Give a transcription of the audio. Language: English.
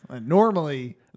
Normally